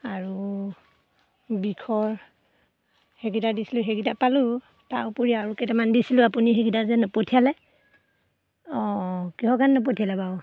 আৰু বিষৰ সেইকেইটা দিছিলোঁ সেইকেইটা পালোঁ তাৰ উপৰি আৰু কেইটামান দিছিলোঁ আপুনি সেইকেইটা যে নপঠিয়ালে অঁ অঁ কিহৰ কাৰণে নপঠিয়ালে বাৰু